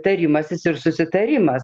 tarimasis ir susitarimas